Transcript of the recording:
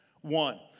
One